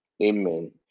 Amen